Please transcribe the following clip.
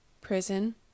prison